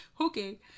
Okay